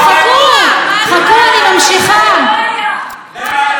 פרופ' מרדכי קרמניצר.